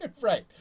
Right